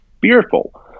fearful